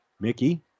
Mickey